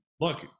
look